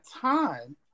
time